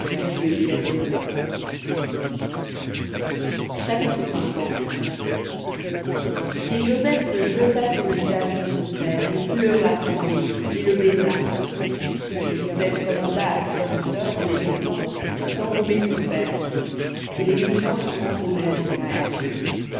recueilli vers ses peuples chapitre et joseph se jeta sur le visage de son père et pleura sur lui et le baisa et joseph commanda à ses serviteurs les médecins d'embaumer son père et les médecins embaumèrent israël